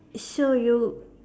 so you